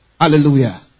Hallelujah